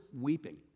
weeping